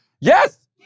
yes